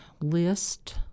list